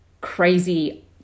crazy